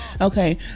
Okay